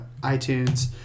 iTunes